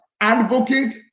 advocate